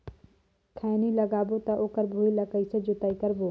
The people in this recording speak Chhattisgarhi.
खैनी लगाबो ता ओकर भुईं ला कइसे जोताई करबो?